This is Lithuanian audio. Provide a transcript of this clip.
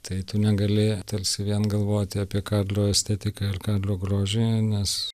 tai tu negali tarsi vien galvoti apie kadro estetiką ir kadro grožį nes